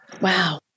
Wow